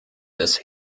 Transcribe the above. des